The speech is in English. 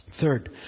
Third